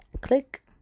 Click